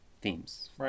themes